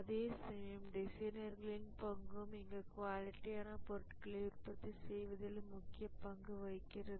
அதேசமயம் டிசைனர்களின் பங்கும் இங்கு குவாலிட்டியான பொருட்களை உற்பத்தி செய்வதில் முக்கிய பங்கு வகிக்கிறது